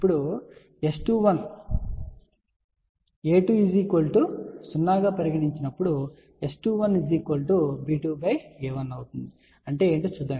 ఇప్పుడు S21 a2 0 గా పరిగణించి నప్పుడు S21 b2a1 అంటే ఏమిటో చూద్దాం